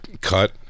cut